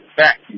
back